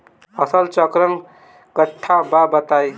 फसल चक्रण कट्ठा बा बताई?